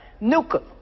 nuclear